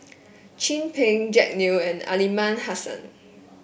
Chin Peng Jack Neo and Aliman Hassan